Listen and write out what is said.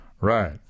Right